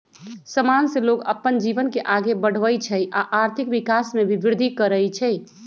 समान से लोग अप्पन जीवन के आगे बढ़वई छई आ आर्थिक विकास में भी विर्धि करई छई